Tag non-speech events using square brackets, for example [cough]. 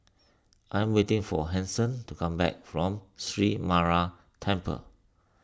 I'm waiting for Hanson to come back from Sree [unintelligible] Temple